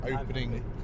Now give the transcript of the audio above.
opening